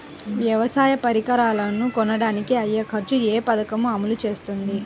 వ్యవసాయ పరికరాలను కొనడానికి అయ్యే ఖర్చు ఏ పదకము అమలు చేస్తుంది?